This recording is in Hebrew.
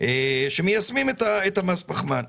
שמיישמות את מס הפחמן.